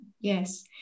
yes